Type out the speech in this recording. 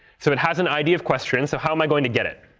so it has an id of question, so how am i going to get it?